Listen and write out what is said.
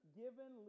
given